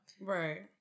Right